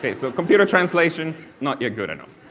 so computer translation, not yet good enough.